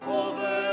over